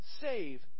save